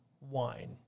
wine